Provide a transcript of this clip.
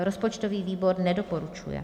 Rozpočtový výbor nedoporučuje.